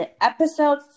Episode